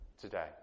today